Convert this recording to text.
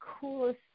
coolest